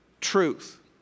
truth